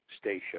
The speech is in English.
station